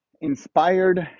Inspired